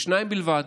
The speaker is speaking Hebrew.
ושניים בלבד,